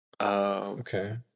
Okay